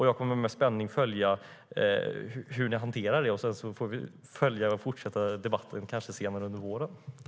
Jag kommer med spänning att följa hur ni hanterar frågan, och sedan får vi följa upp debatten kanske senare under våren.